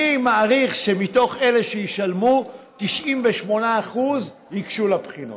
אני מעריך שמתוך אלה שישלמו, 98% ייגשו לבחינות.